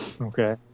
Okay